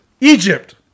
Egypt